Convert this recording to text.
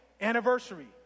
anniversary